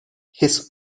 his